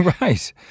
right